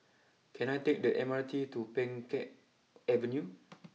can I take the M R T to Pheng Geck Avenue